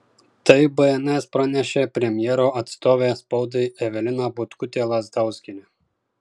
tai bns pranešė premjero atstovė spaudai evelina butkutė lazdauskienė